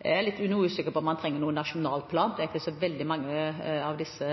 Jeg er noe usikker på om man trenger noen nasjonal plan, det er ikke så veldig mange av disse